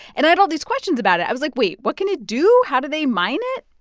and i had all these questions about it. i was like, wait, what can it do? how do they mine it?